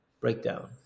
breakdown